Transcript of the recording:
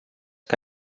que